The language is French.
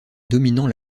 dominant